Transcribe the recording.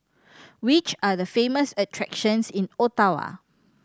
which are the famous attractions in Ottawa